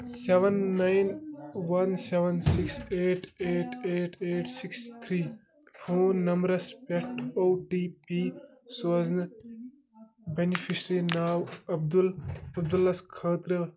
seven nine one seven six eight eight eight eight six three phone نمبرَس پٮ۪ٹھ O T P سوزنہٕ beneficiary ناو عبدُل عبدلَس خٲطرٕ